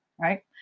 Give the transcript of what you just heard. right